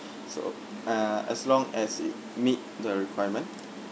so uh as long as it meet the requirement